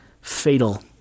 Fatal